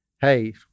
hey